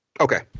Okay